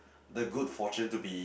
the good fortune to be